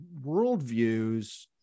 worldviews